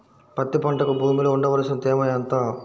పత్తి పంటకు భూమిలో ఉండవలసిన తేమ ఎంత?